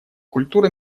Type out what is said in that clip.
культура